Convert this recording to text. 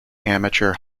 amateur